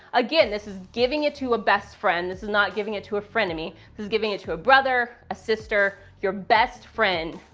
again, this is giving it to a best friend. this is not giving it to a frenemy. this is giving it to a brother, a sister, your best friend,